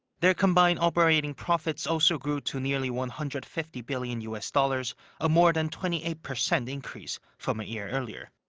their combined operating profits also grew to nearly one hundred fifty billion u s. dollars a more than twenty eight percent increase from a year earlier.